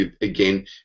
again